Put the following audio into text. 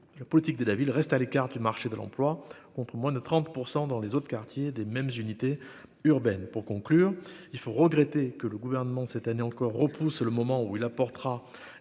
la politique de la ville reste à l'écart du marché de l'emploi, contre moins de 30 % dans les autres quartiers des mêmes unités urbaines pour conclure il faut regretter que le gouvernement cette année encore, repousse le moment où il apportera